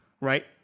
right